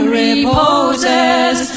reposes